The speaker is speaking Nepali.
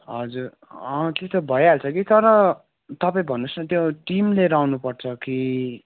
हजुर त्यो त भइहाल्छ कि तर तपाईँ भन्नुहोस् न त्यो टिम लिएर आउनुपर्छ कि